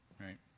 right